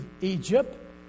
Egypt